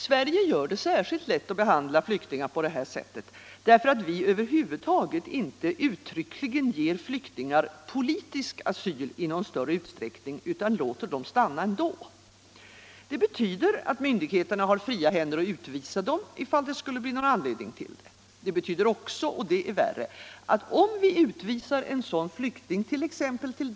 Sverige gör det särskilt lätt att behandla människor på det här sättet, därför att vi över huvud taget inte ger flyktingar politisk asyl i någon större utsträckning, utan låter dem stanna ändå. Det betyder att myndigheterna har fria händer att utvisa dem, ifall det skulle bli någon anledning till det. Det betyder också — och det är värre — att om vi utvisar en flykting tillt.ex.